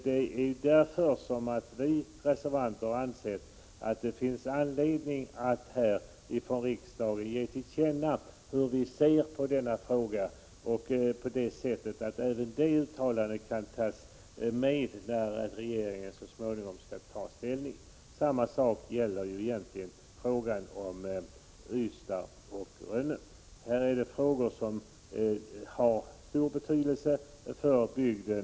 Det är därför vi reservanter har ansett att det finns anledning för riksdagen att ge regeringen till känna hur vi ser på denna fråga. Detta bör göras på ett sådant sätt att uttalandet kan tas med när regeringen så småningom skall ta ställning. Samma sak gäller frågan om Ystad-Rönne — den har stor betydelse för bygden.